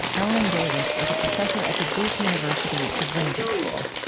ellen davis is a professor at the duke university divinity school.